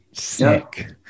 sick